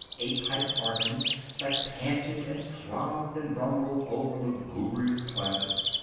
a pipe organ that panted and throbbed and rumbled over lugubrious classics.